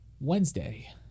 Wednesday